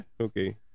Okay